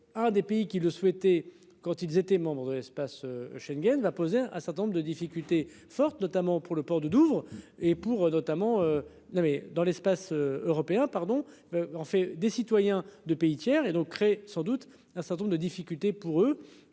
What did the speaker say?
À des pays qui le souhaitaient quand ils étaient membres de espace. Chez. Elle ne va poser un certain nombre de difficultés fortes, notamment pour le port de Douvres et pour notamment. Non mais dans l'espace européen, pardon. En fait, des citoyens de pays tiers et donc créer sans doute un certain nombre de difficultés pour eux